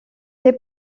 c’est